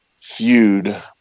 feud